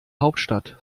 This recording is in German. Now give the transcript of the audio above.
hauptstadt